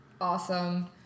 awesome